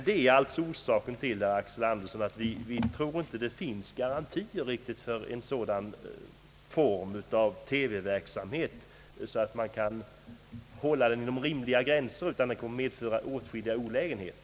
Detta är orsaken, herr Axel Andersson, till att vi inte tror att det finns garantier för att man kan hålla en sådan form av TV-verksamhet inom rimliga gränser, utan det kommer att uppstå åtskilliga olägenheter.